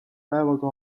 päevaga